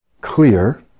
clear